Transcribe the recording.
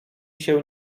się